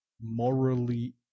morally